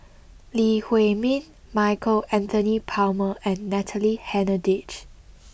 Lee Huei Min Michael Anthony Palmer and Natalie Hennedige